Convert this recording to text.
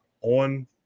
on